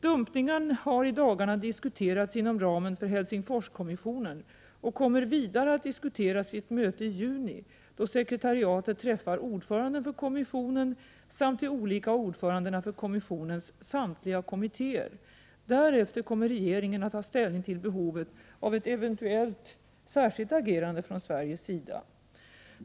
Dumpningen har i dagarna diskuterats inom ramen för Helsingforskommissionen och kommer vidare att diskuteras vid ett möte i juni, då sekretariatet träffar ordföranden för kommissionen samt de olika ordförandena för kommissionens samtliga kommittéer. Därefter kommer regeringen att ta ställning till behovet av ett eventuellt särskilt agerande från Sveriges sida.